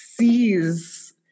sees